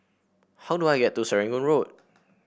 how do I get to Serangoon Road